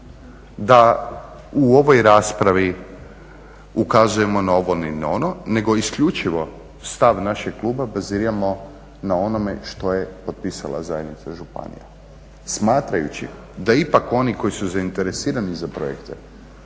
da u ovoj raspravi ukazujemo na ovo ili ono, nego isključivo stav našeg kluba baziramo na onome što je potpisala zajednica županija, smatrajući da ipak oni koji su zainteresirani za projekte